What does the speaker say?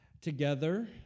together